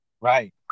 right